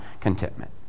contentment